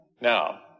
Now